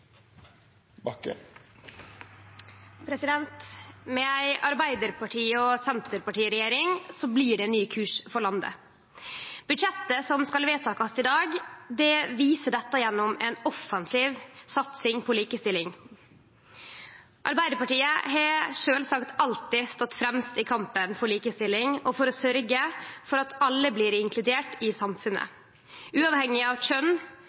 landet. Med ei Arbeidarparti–Senterparti-regjering blir det ein ny kurs for landet. Budsjettet som skal vedtakast i dag, viser dette gjennom ei offensiv satsing på likestilling. Arbeidarpartiet har sjølvsagt alltid stått fremst i kampen for likestilling og for å sørgje for at alle blir inkluderte i samfunnet – uavhengig av kjønn,